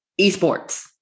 esports